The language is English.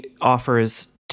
offers